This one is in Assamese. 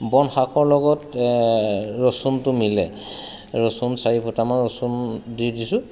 বনশাকৰ লগত ৰচুনটো মিলে ৰচুন চাৰি ফুটামান ৰচুন দি দিছোঁ